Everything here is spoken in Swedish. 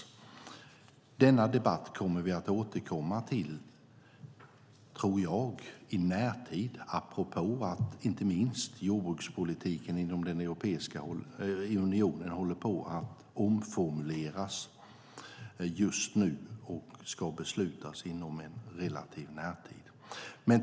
Denna debatt kommer vi att återkomma till i närtid, tror jag, apropå att inte minst jordbrukspolitiken inom Europeiska unionen håller på att omformuleras just nu och ska beslutas inom en relativ närtid.